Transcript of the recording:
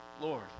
Lord